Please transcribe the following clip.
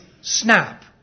snap